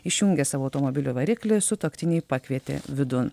išjungę savo automobilio variklį sutuoktiniai pakvietė vidun